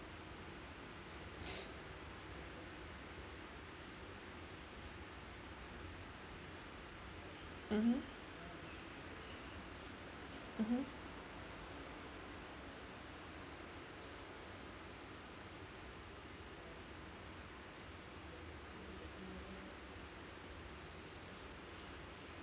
mmhmm mmhmm